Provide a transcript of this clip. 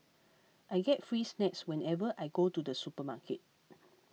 I get free snacks whenever I go to the supermarket